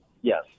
Yes